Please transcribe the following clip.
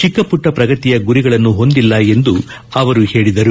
ಚಿಕ್ಕಪುಟ್ಟ ಪ್ರಗತಿಯ ಗುರಿಗಳನ್ನು ಹೊಂದಿಲ್ಲ ಎಂದು ಅವರು ಹೇಳಿದರು